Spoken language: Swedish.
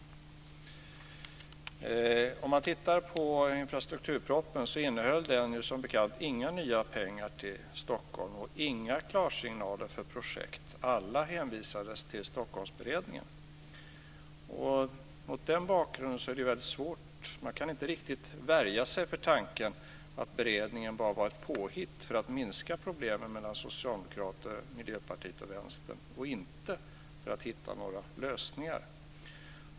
Om man tittar på infrastrukturpropositionen ser man som bekant att den inte innehöll några nya pengar till Stockholm och inga klarsignaler för projekt. Alla hänvisades till Stockholmsberedningen. Mot den bakgrunden är det hela svårt. Man kan inte riktigt värja sig för tanken att beredningen bara var ett påhitt för att minska problemen mellan Socialdemokraterna, Miljöpartiet och Vänstern och inte kom till för att hitta några lösningar.